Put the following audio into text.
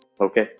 Okay